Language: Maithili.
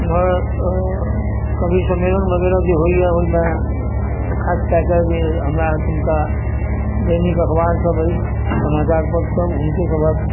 एमहर कवि सम्मेलन वगैरह जे होइए ओहिमे खासकए कऽ जे हमरा अहिठुनका दैनिक अखबार सभ अछि समाचारपत्र सभ हुनके सभके